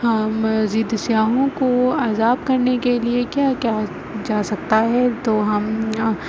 ہاں مزید سیاحوں کو کرنے کے لیے کیا کیا جا سکتا ہے تو ہم